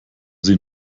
sie